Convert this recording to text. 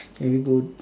can we go